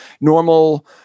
normal